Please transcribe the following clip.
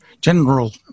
general